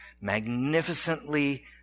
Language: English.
magnificently